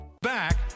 Back